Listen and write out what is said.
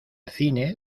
cine